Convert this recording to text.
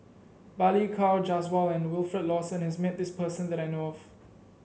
Balli Kaur Jaswal and Wilfed Lawson has met this person that I know of